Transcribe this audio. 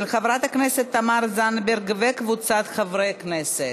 של חברת הכנסת תמר זנדברג וקבוצת חברי כנסת.